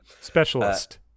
specialist